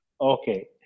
Okay